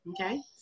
okay